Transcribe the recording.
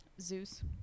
Zeus